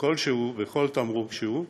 של כל תמרוק שהוא,